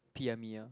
P_M me ah